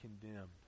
condemned